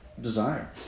desire